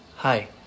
Hi